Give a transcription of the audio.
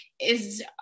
is-